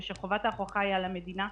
וכשחובת ההוכחה היא על המדינה,